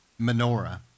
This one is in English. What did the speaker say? menorah